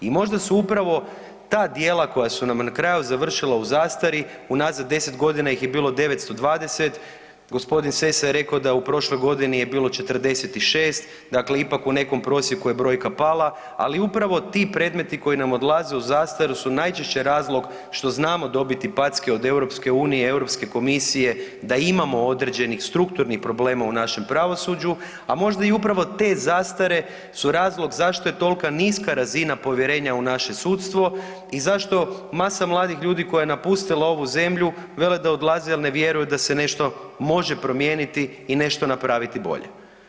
I možda su upravo ta djela koja su nam na kraju završila u zastari u nazad 10 godina ih je bilo 920, gospodin Sessa je rekao da u prošloj godini je bilo 46, dakle ipak u nekom prosjeku je brojka pala, ali upravo ti predmeti koji nam odlaze u zastaru su najčešće razlog što znamo dobiti packe od EU i Europske komisije da imamo određenih strukturnih problema u našem pravosuđu, a možda i upravo te zastare su razlog zašto je tolka niska razina povjerenja u naše sudstvo i zašto masa mladih ljudi koja je napustila ovu zemlju vele da odlaze jer ne vjeruju da se nešto može promijeniti i nešto napraviti bolje.